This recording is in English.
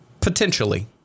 Potentially